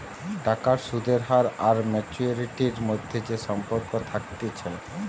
টাকার সুদের হার আর ম্যাচুয়ারিটির মধ্যে যে সম্পর্ক থাকতিছে